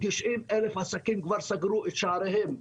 90,000 עסקים כבר סגרו את שעריהם.